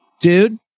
Dude